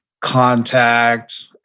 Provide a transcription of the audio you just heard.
contact